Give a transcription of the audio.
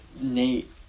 Nate